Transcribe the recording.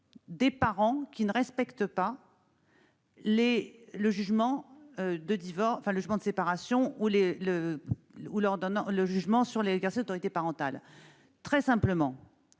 des parents qui ne respectent pas le jugement de séparation ou le jugement sur l'exercice de l'autorité parentale. Lorsque le